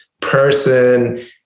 person